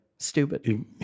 stupid